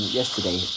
yesterday